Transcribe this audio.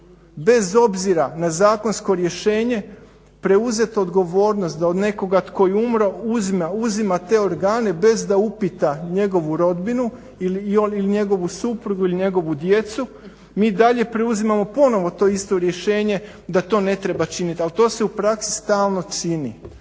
bez obzira na zakonsko rješenje preuzet odgovornost da od nekoga tko je umro uzme, uzima te organe bez da upita njegovu rodbinu ili njegovu suprugu ili njegovu djecu. Mi i dalje preuzimamo ponovno to isto rješenje da to ne treba činiti, ali to se u praksi stalno čini